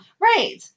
right